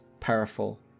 powerful